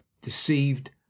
deceived